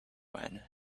when